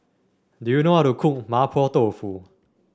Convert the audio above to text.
do you know how to cook Mapo Tofu